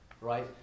right